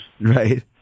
Right